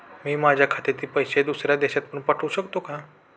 मी माझ्या खात्यातील पैसे दुसऱ्या देशात पण पाठवू शकतो का?